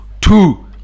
two